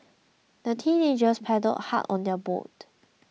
the teenagers paddled hard on their boat